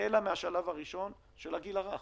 לפעילות בלי השלב הראשון של הגיל הרך.